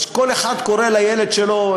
כל אחד קורא לילד שלו,